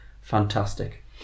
fantastic